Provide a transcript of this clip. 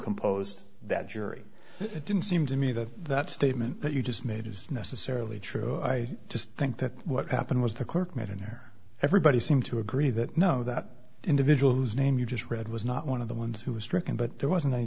composed that jury it didn't seem to me that that statement that you just made is necessarily true i just think that what happened was the clerk met in there everybody seemed to agree that no that individual whose name you just read was not one of the ones who was stricken but there wasn't any